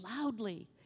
loudly